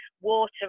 water